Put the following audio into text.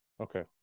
Okay